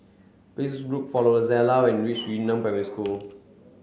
please look for Rozella when you reach Yu Neng Primary School